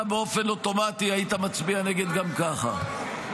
אתה באופן אוטומטי היית מצביע נגד גם ככה.